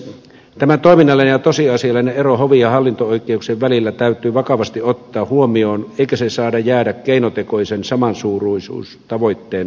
tämä toiminnallinen ja tosiasiallinen ero hovi ja hallinto oikeuksien välillä täytyy vakavasti ottaa huomioon eikä se saa jäädä keinotekoisen samansuuruisuustavoitteen varjoon